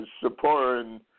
supporting